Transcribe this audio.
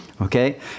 Okay